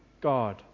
God